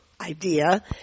idea